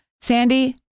Sandy